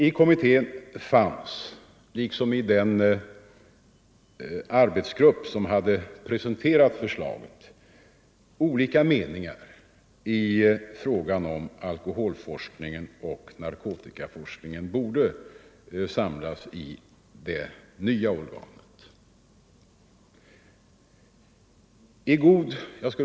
I kommittén fanns, liksom i den arbetsgrupp som hade presenterat förslaget, olika meningar i frågan om huruvida alkoholforskningen och narkotikaforskningen borde samlas i det nya organet.